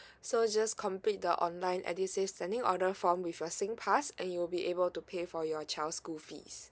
so just complete the online edusave sending order form with a sing pass and you'll be able to pay for your child's school fees